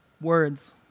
words